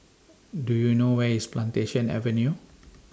Do YOU know Where IS Plantation Avenue